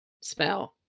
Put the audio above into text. spell